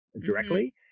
directly